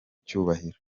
cyubahiro